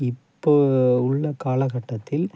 இப்போது உள்ள காலகட்டத்தில்